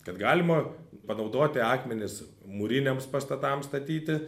kad galima panaudoti akmenis mūriniams pastatams statyti